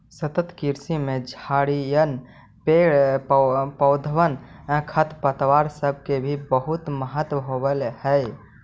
सतत कृषि में झड़िअन, पेड़ पौधबन, खरपतवार सब के भी बहुत महत्व होब हई